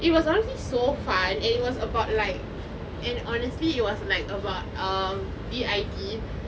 it was honestly so fun and it was about like and honestly it was like about D_I_D